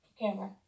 camera